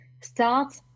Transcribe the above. start